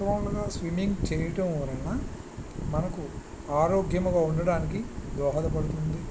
సంవత్సరాలుగా స్విమ్మింగ్ చేయడం వలన మనకు ఆరోగ్యముగా ఉండటానికి దోహద పడుతుంది